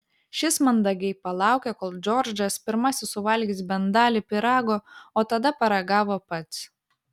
šis mandagiai palaukė kol džordžas pirmasis suvalgys bent dalį pyrago o tada paragavo pats